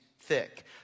thick